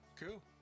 Cool